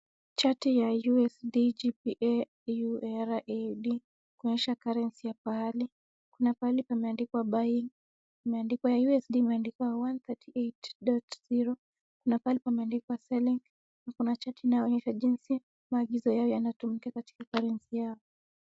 Chati ya USD, GPA, EUR, AUD inaonyesha currency ya pahali na kuna pahali pameandikwa buying ya USD imeandikwa 138.0 kuna pahali pameandikwa selling na kuna chati inayooyesha jinsi maagizo yao yanatumika katika currency yao.